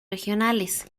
regionales